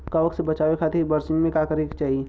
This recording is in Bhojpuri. कवक से बचावे खातिन बरसीन मे का करल जाई?